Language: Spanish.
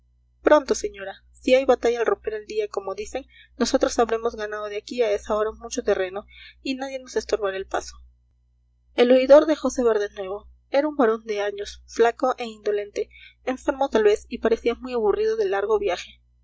pronto señora si hay batalla al romper el día como dicen nosotros habremos ganado de aquí a esa hora mucho terreno y nadie nos estorbará el paso el oidor dejose ver de nuevo era un varón de años flaco e indolente enfermo tal vez y parecía muy aburrido del largo viaje